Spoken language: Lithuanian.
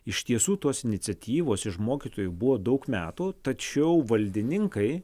iš tiesų tos iniciatyvos iš mokytojų buvo daug metų tačiau valdininkai